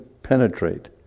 penetrate